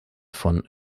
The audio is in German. von